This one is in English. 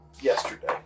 yesterday